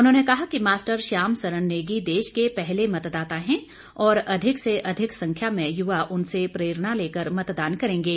उन्होंने कहा कि मास्टर श्याम सरन नेगी देश के पहले मतदाता हैं और अधिक से अधिक संख्या में युवा उनसे प्रेरणा लेकर मतदान करेंगे